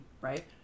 right